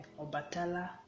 Obatala